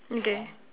okay